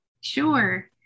Sure